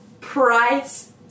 price